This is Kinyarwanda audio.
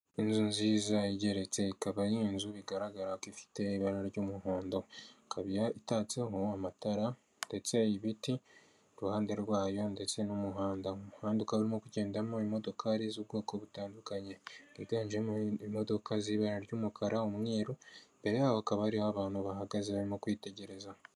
Inzu nziza igeretse, ikaba ari inzu igaragara ko ifite ibara ry'umuhondo, ikaba itatseho amatara ndetse ibiti iruhande rwayo, ndetse n'umuhanda, umuhanda ukaba urimo kugendamo imodokari z'ubwoko butandukanye bwiganjemo imodoka z'ibara ry'umukara, umweru, imbere hakaba hariho abantu bahagaze barimo kwitegereza.